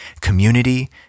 community